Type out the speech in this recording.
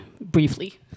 briefly